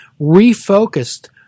refocused